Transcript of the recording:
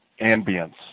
ambience